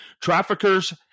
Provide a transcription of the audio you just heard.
Traffickers